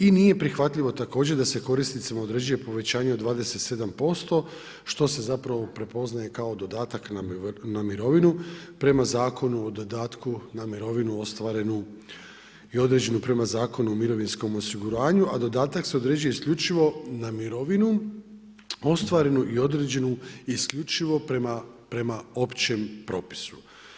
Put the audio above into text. I nije prihvatljivo, također, da se korisnicima određuje povećanje od 27%, što se zapravo prepoznaje kao dodatak na mirovinu prema Zakonu o dodatku na mirovinu ostvarenu i određenu prema Zakonu o mirovinskom osiguranju, a dodatak se određuje isključivo na mirovinu ostvarenu i određenu isključivo prema općem propisu.